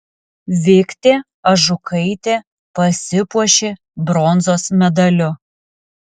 viktė ažukaitė pasipuošė bronzos medaliu